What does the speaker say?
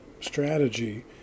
strategy